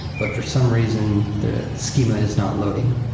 but for some reason, their schema is not loading.